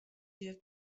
hjir